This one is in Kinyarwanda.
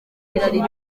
riti